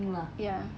ya